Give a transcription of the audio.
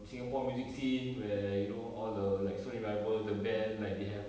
singapore music scene where you know all the like sony rivals the band like they have